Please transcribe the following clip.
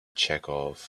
chekhov